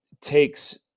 takes